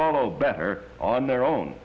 follow better on their own